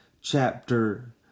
chapter